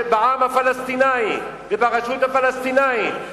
בעם הפלסטיני וברשות הפלסטינית,